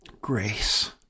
grace